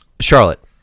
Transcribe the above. Charlotte